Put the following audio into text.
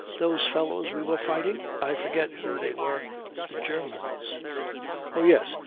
those fellows we were fighting i forget who they were the germans oh yes.